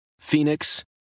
Phoenix